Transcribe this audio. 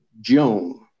Joan